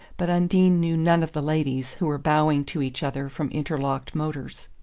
but undine knew none of the ladies who were bowing to each other from interlocked motors.